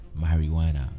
marijuana